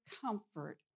comfort